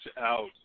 out